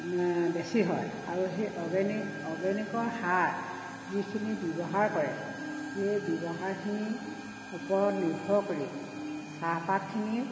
বেছি হয় আৰু সেই অৰ্গেনিক অৰ্গেনিকৰ সাৰ যিখিনি ব্যৱহাৰ কৰে সেই ব্যৱহাৰখিনিৰ ওপৰত নিৰ্ভৰ কৰি চাহপাতখিনি